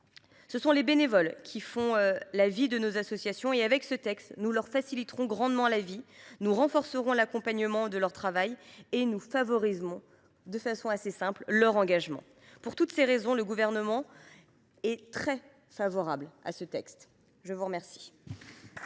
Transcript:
Ce sont les bénévoles qui font vivre nos associations : avec ce texte, nous leur faciliterons grandement la vie, nous renforcerons l’accompagnement de leur travail et nous favoriserons, de façon assez simple, leur engagement. Pour toutes ces raisons, le Gouvernement est très favorable à ce texte. La parole